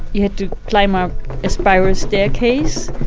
you had to climb up a spiral staircase,